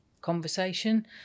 conversation